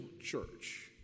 church